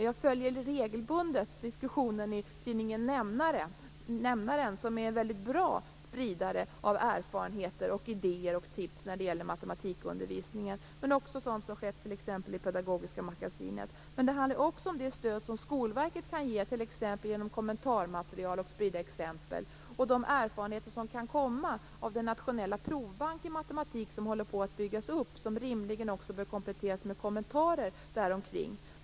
Jag följer regelbundet diskussionen i tidningen Nämnaren. Den är en väldigt bra spridare av erfarenheter, idéer och tips när det gäller matematikundervisningen. Jag följer också sådant som skett i t.ex. i Pedagogiska magasinet. Det handlar också om det stöd som Skolverket kan ge genom t.ex. kommentarmaterial och genom att sprida exempel och om de erfarenheter som kan komma från den nationella provbank i matematik som håller på att byggas upp. Den bör rimligen kompletteras med kommentarer omkring detta.